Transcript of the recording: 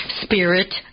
spirit